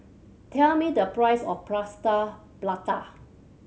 tell me the price of Plaster Prata